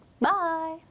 Bye